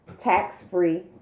tax-free